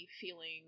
feeling